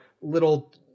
little